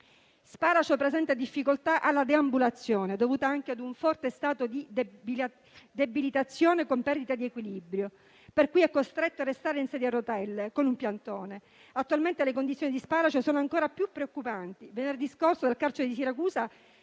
allarmanti. Presenta difficoltà di deambulazione, dovuta anche a un forte stato di debilitazione, con perdita di equilibrio, per cui è costretto a restare in sedia a rotelle, con un piantone. Attualmente, le sue condizioni sono ancora più preoccupanti. Venerdì scorso, dal carcere di Siracusa